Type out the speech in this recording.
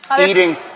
eating